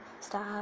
stop